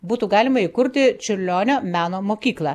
būtų galima įkurti čiurlionio meno mokyklą